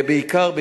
בעיקר,